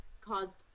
caused